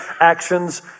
actions